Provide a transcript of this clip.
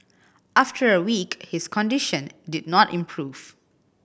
after a week his condition did not improve